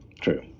True